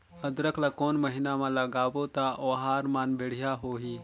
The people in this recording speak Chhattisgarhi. अदरक ला कोन महीना मा लगाबो ता ओहार मान बेडिया होही?